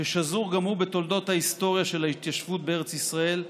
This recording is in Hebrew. ששזור גם הוא בתולדות ההיסטוריה של ההתיישבות בארץ ישראל,